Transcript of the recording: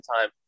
time